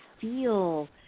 feel